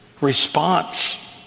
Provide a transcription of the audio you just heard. response